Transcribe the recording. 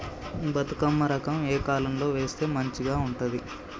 బతుకమ్మ రకం ఏ కాలం లో వేస్తే మంచిగా ఉంటది?